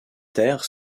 terres